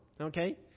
Okay